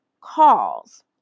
calls